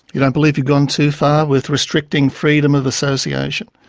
you don't believe you've gone too far with restricting freedom of association?